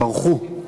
ברחו,